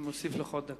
אני מוסיף לך עוד דקה.